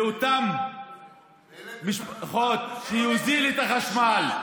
לאותן משפחות, העליתם את החשמל, שיוזיל את החשמל.